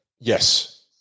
yes